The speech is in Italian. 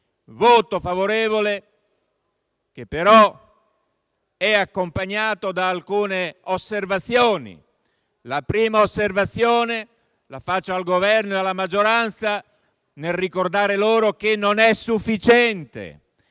voto favorevole di Fratelli d'Italia, accompagnato però da alcune osservazioni. La prima osservazione la rivolgo al Governo e alla maggioranza nel ricordare loro che non è sufficiente